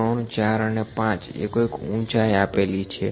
1234 અને 5 એ કોઈક ઉંચાઇ આપેલી છે